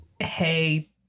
hey